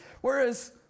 whereas